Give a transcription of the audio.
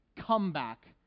Comeback